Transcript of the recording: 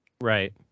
Right